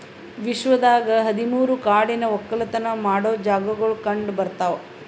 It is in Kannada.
ವಿಶ್ವದಾಗ್ ಹದಿ ಮೂರು ಕಾಡಿನ ಒಕ್ಕಲತನ ಮಾಡೋ ಜಾಗಾಗೊಳ್ ಕಂಡ ಬರ್ತಾವ್